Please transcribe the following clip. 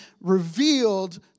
revealed